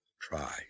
Try